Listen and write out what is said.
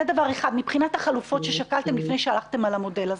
זה דבר אחד מבחינת החלופות ששקלתם לפני שהלכתם על המודל הזה.